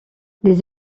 les